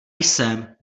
jsem